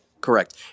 Correct